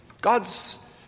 God's